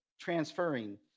transferring